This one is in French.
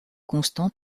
constant